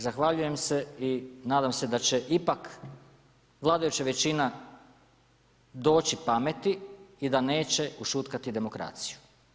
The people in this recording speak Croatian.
Zahvaljujem se i nadam se da će ipak vladajuća većina doći pameti i da neće ušutkati demokraciju.